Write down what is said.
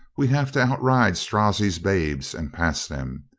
we have to outride strozzi's babes and pass them.